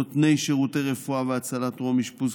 נותני שירותי רפואה והצלה טרום-אשפוז,